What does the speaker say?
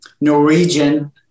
Norwegian